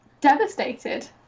devastated